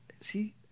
See